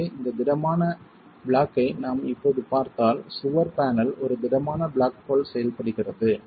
எனவே இந்த திடமான ப்ளாக்யை நாம் இப்போது பார்த்தால் சுவர் பேனல் ஒரு திடமான ப்ளாக் போல் செயல்படுகிறது